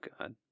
God